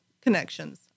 connections